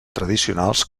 tradicionals